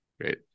Great